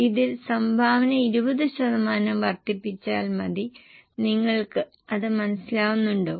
അതിന് സംഭാവന 20 ശതമാനം വർദ്ധിപ്പിച്ചാൽ മതി നിങ്ങൾക്ക് അത് മനസിലാകുന്നുണ്ടോ